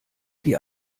die